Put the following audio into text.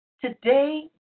today